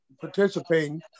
participating